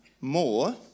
more